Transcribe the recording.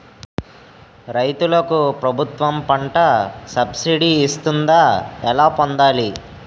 రైతులకు ప్రభుత్వం పంట సబ్సిడీ ఇస్తుందా? ఎలా పొందాలి?